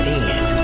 end